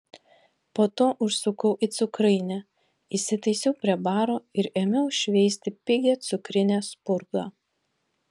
po to užsukau į cukrainę įsitaisiau prie baro ir ėmiau šveisti pigią cukrinę spurgą